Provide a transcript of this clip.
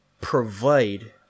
provide